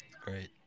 Great